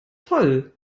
toll